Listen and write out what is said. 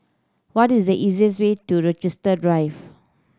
what is the easiest way to Rochester Drive